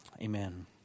Amen